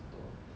oh